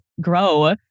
grow